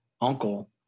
uncle